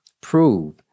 Prove